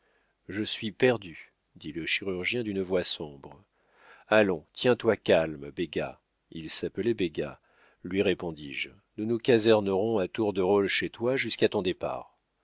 je suis perdu dit le chirurgien d'une voix sombre allons tiens-toi calme béga il s'appelait béga lui répondis-je nous nous casernerons à tour de rôle chez toi jusqu'à ton départ